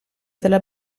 della